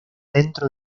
dentro